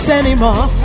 anymore